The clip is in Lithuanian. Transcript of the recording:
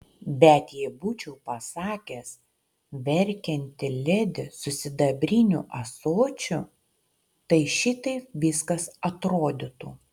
bet jei būčiau pasakęs verkianti ledi su sidabriniu ąsočiu tai šitaip viskas atrodytų